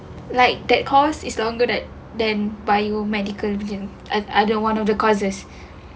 like that course is longer than than biomedical medicine uh uh one of the courses